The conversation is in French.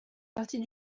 partie